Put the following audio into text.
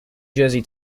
jersey